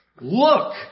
look